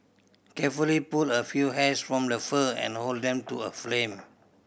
carefully pull a few hairs from the fur and hold them to a flame